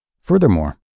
Furthermore